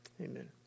amen